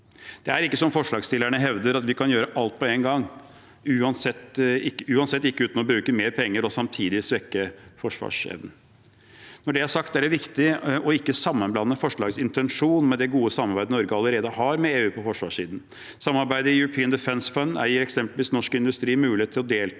Det er ikke som forslagsstillerne hevder, at vi kan gjøre alt på én gang, i alle fall ikke uten å bruke mer penger og samtidig svekke forsvarsevnen. Når det er sagt, er det viktig å ikke blande sammen forslagets intensjon med det gode samarbeidet Norge allerede har med EU på forsvarssiden. Samarbeidet i European Defence Fund gir eksempelvis norsk industri mulighet til å delta